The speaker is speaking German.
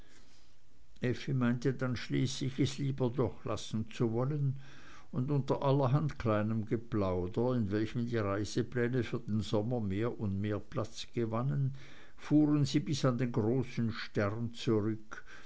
meinte dann schließlich es lieber doch lassen zu wollen und unter allerhand kleinem geplauder in welchem die reisepläne für den sommer mehr und mehr platz gewannen fuhren sie bis an den großen stern zurück